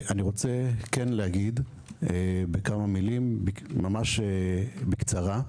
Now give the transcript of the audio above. אני רוצה להגיד בכמה מילים, ממש בקצרה: